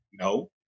No